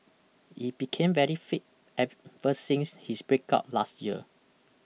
he became very fit ever since his breakup last year